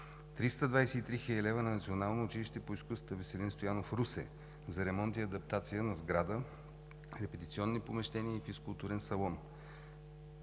323 хил. лв. на Националното училище по изкуства „Веселин Стоянов“ – Русе, за ремонт и адаптация на сграда, репетиционни помещения и физкултурен салон;